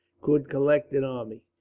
could collect an army,